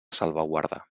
salvaguarda